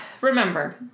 remember